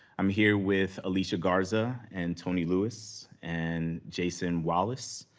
i'm here with alicia garza and tony lewis, and jason wallace.